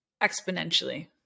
exponentially